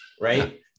Right